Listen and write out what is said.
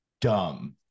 dumb